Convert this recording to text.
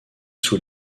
sous